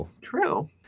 True